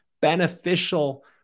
beneficial